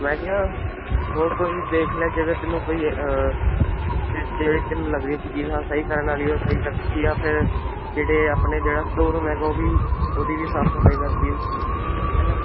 ਮੈਂ ਕਿਹਾ ਹੋਰ ਕੋਈ ਦੇਖ ਲੈ ਜੇ ਤਾਂ ਤੈਨੂੰ ਕੋਈ ਲੱਗ ਜੇ ਤੈਨੂੰ ਲੱਗ ਰਹੀ ਵੀ ਹਾਂ ਸਹੀ ਕਰਨ ਵਾਲੀ ਆ ਉਹ ਸਹੀ ਕਰ ਫਿਰ ਜਿਹੜੇ ਆਪਣੇ ਜਿਹੜਾ ਸਟੋਰ ਰੂਮ ਹੈਗਾ ਉਹ ਵੀ ਉਹਦੀ ਵੀ ਸਾਫ ਸਫਾਈ ਕਰ ਦੀਓ ਠੀਕ ਐ ਨਾ